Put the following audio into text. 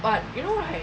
but you know right